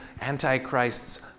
Antichrists